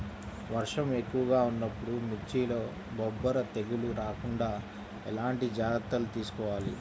వర్షం ఎక్కువగా ఉన్నప్పుడు మిర్చిలో బొబ్బర తెగులు రాకుండా ఎలాంటి జాగ్రత్తలు తీసుకోవాలి?